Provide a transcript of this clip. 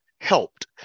helped